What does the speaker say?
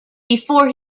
before